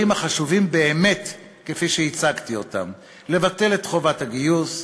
החשובים באמת כפי שהצגתי אותם: לבטל את חובת הגיוס,